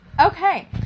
okay